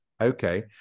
okay